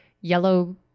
yellow